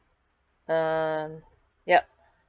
uh yup